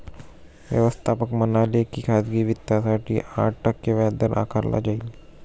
व्यवस्थापक म्हणाले की खाजगी वित्तासाठी आठ टक्के व्याजदर आकारला जाईल